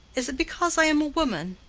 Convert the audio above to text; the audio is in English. is it because i am a woman?